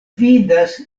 vidas